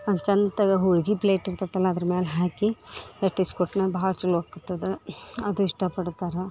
ಚಂತಗ ಹೋಳ್ಗಿ ಪ್ಲೇಟ್ ಇರ್ತೈತಲ್ಲಾ ಅದ್ರ ಮ್ಯಾಲ ಹಾಕಿ ಲಟ್ಟಿಸಿ ಕೊಟ್ನಂದ್ರ ಭಾಳ ಚಲೋ ಆಗ್ತೈತಿ ಅದ ಅದು ಇಷ್ಟಪಡ್ತಾರೆ